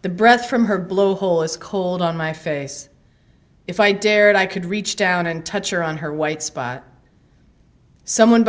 the breath from her blow hole is cold on my face if i dared i could reach down and touch her on her white spot someone